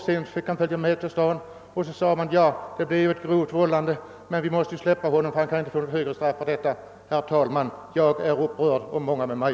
Sedan fick han följa med till staden och man sade: »Ja, det är ju grovt vållande till annans död, men vi måste släppa honom ty han kan inte få något större straff för detta.» Herr talman! Jag är upprörd och många med mig.